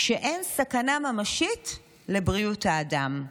כשאין סכנה ממשית לבריאות האדם.